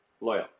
loyal